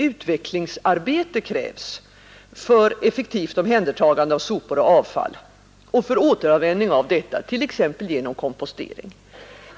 Utvecklingsarbete krävs för effektivt omhän dertagande av sopor och avfall och för återanvändning av detta t.ex. genom kompostering.